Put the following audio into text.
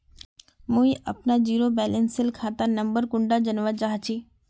मुई अपना zero balance सेल खाता नंबर कुंडा जानवा चाहची?